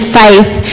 faith